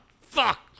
fuck